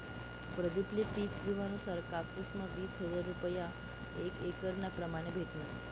प्रदीप ले पिक विमा नुसार कापुस म्हा वीस हजार रूपया एक एकरना प्रमाणे भेटनात